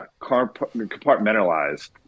compartmentalized